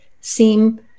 seem